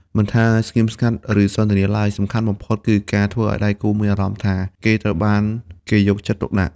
មិនថាស្ងៀមស្ងាត់ ឬសន្ទនាឡើយ សំខាន់បំផុតគឺការធ្វើឱ្យដៃគូមានអារម្មណ៍ថាគេត្រូវបានគេយកចិត្តទុកដាក់។